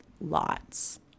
lots